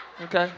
Okay